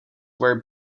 were